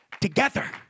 together